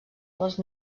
dels